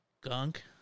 Gunk